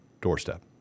doorstep